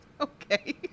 Okay